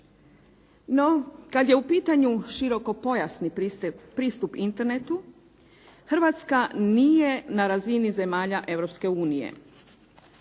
No, kad je u pitanju širokopojasni pristup Internetu, Hrvatska nije na razini zemalja